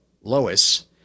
Lois